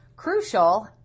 crucial